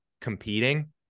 competing